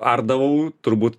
ardavau turbūt